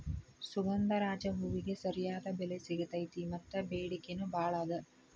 ಸುಗಂಧರಾಜ ಹೂವಿಗೆ ಸರಿಯಾದ ಬೆಲೆ ಸಿಗತೈತಿ ಮತ್ತ ಬೆಡಿಕೆ ನೂ ಬಾಳ ಅದ